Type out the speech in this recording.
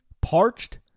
Parched